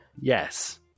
Yes